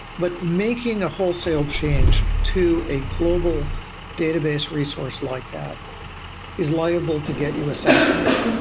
but making a wholesale change to a global database resource like that is liable to get you assassinated,